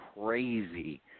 crazy